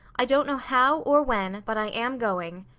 i don't know how, or when, but i am going.